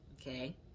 Okay